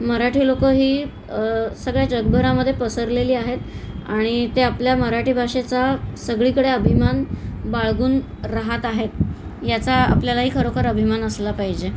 मराठी लोकं ही सगळ्या जगभरामध्ये पसरलेली आहेत आणि ते आपल्या मराठी भाषेचा सगळीकडे अभिमान बाळगून राहात आहेत याचा आपल्यालाही खरोखर अभिमान असला पाहिजे